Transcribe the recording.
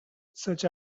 such